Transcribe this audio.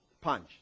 punch